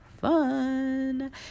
Fun